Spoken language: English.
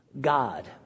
God